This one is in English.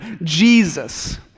Jesus